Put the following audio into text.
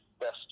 best